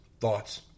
thoughts